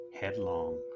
headlong